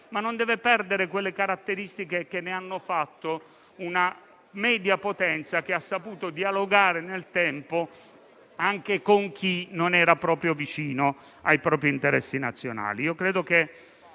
ma non deve perdere quelle caratteristiche che ne hanno fatto una media potenza che ha saputo dialogare nel tempo anche con chi non era vicino ai propri interessi nazionali.